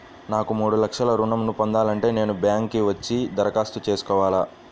నాకు మూడు లక్షలు ఋణం ను పొందాలంటే నేను బ్యాంక్కి వచ్చి దరఖాస్తు చేసుకోవాలా?